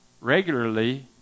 regularly